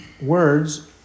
words